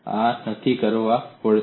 આ નક્કી કરવા પડશે